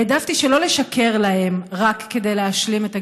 העדפתי שלא לשקר להם רק כדי להשלים את הגיור.